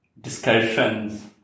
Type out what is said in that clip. discussions